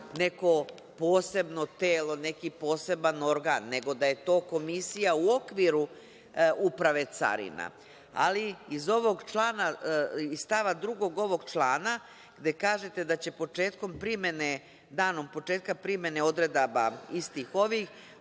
neko posebno telo, neki poseban organ, nego da je to komisija u okviru Uprave carina. Ali, iz stava 2. ovog člana, gde kažete da će danom početka primene odredaba ovog